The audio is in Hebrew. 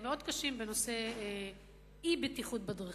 מאוד קשה בנושא אי-בטיחות בדרכים,